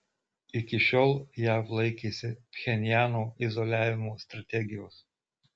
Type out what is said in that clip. iki šiol jav laikėsi pchenjano izoliavimo strategijos